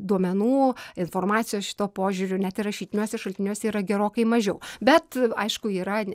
duomenų informacijos šituo požiūriu net ir rašytiniuose šaltiniuose yra gerokai mažiau bet aišku yra